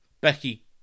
Becky